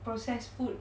process food